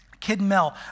Kidmel